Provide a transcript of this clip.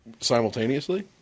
Simultaneously